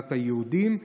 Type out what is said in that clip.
מדינת היהודים,